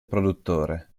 produttore